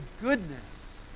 goodness